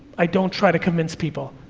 i don't try to convince people.